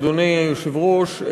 אדוני היושב-ראש,